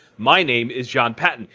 my name is jon patton.